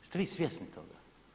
Jeste vi svjesni toga?